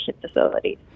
facilities